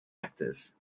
actors